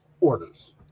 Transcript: orders